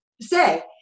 say